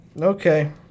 Okay